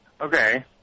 Okay